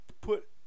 put